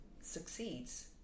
succeeds